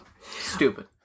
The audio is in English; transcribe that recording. Stupid